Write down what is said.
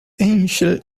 angel